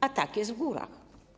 A tak jest w górach.